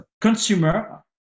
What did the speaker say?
consumer